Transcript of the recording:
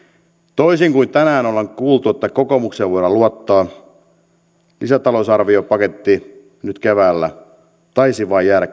toisin kuin tänään ollaan kuultu että kokoomukseen voidaan luottaa lisätalousarviopaketti nyt keväällä taisi kyllä vain jäädä